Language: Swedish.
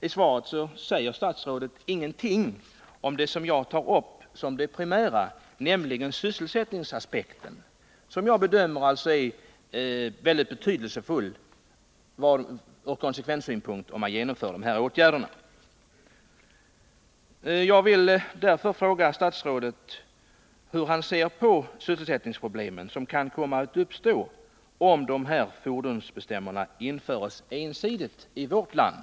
I svaret säger statsrådet ingenting om det jag tar upp som det primära, nämligen sysselsättningsaspekten, som jag bedömer vara väldigt betydelsefull med tanke på konsekvenserna om dessa åtgärder genomförs. Jag vill därför fråga statsrådet hur han ser på de sysselsättningsproblem som kan komma att uppstå om dessa fordonsbestämmelser införs ensidigt i vårt land.